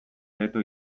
ghetto